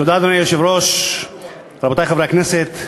אדוני היושב-ראש, תודה, רבותי חברי הכנסת,